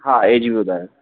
हा एज बि ॿुधायो